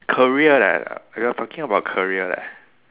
career leh we are talking about career leh